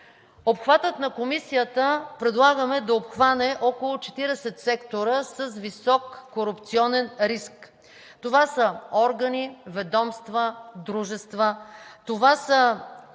Обхватът на Комисията предлагаме да обхване около 40 сектора с висок корупционен риск. Това са органи, ведомства, дружества, това са